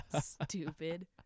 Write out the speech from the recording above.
Stupid